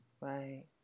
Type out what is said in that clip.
Right